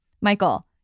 Michael